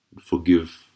forgive